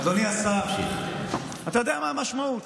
אדוני השר, אתה יודע מה המשמעות?